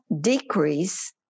decrease